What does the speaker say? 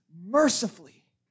mercifully